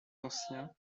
ancien